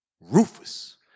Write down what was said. Rufus